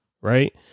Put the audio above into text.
Right